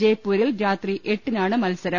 ജെയ്പൂരിൽ രാത്രി എട്ടിനാണ് മത്സരം